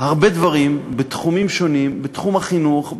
הרבה דברים בתחומים שונים: בתחום החינוך,